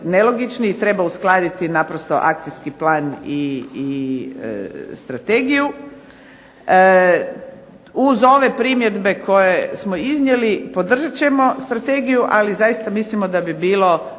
i treba uskladiti naprosto akcijski plan i Strategiju. Uz ove primjedbe koje smo iznijeli podržat ćemo Strategiju, ali zaista mislimo da bi bilo